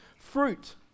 fruit